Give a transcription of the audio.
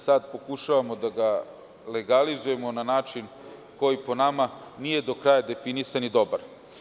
Saad pokušavamo da ga legalizujemo na način koji, po nama, nije do kraja definisan i dobar.